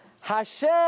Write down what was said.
Hashem